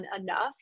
enough